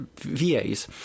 vas